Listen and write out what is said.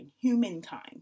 humankind